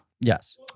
Yes